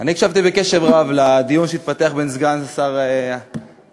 אני הקשבתי קשב רב לדיון שהתפתח בין סגן השר חבר